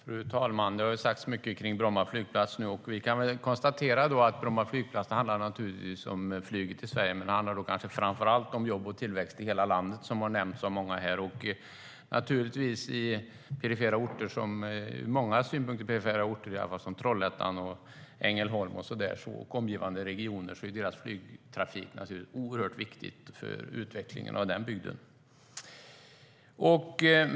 Fru talman! Det har sagts mycket om Bromma flygplats nu. Vi kan konstatera att Bromma flygplats naturligtvis handlar om flyget till Sverige men kanske framför allt handlar om jobb och tillväxt i hela landet, vilket har nämnts av många här. Det gäller många perifera orter som Trollhättan och Ängelholm med omgivande regioner. Deras flygtrafik är naturligtvis oerhört viktig för utvecklingen av de bygderna.